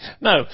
No